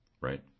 right